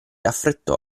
affrettò